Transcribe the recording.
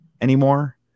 anymore